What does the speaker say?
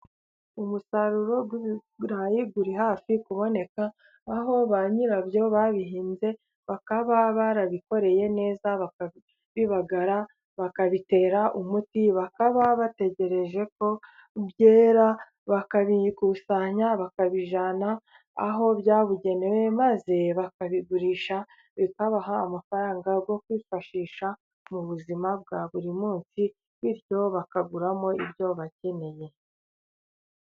Umusaruro w'ibirayi uri hafi kuboneka, aho ba nyirabyo babihinze, bakaba barabikoreye neza bakabibagara, bakabitera umuti, bakaba bategereje ko byera, bakabikusanya, bakabijyana aho byabugenewe, maze bakabigurisha bikabaha amafaranga yo kwifashisha mu buzima bwa buri munsi, bityo bakaguramo ibyo bakeneye.